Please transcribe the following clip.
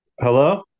Hello